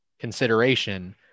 consideration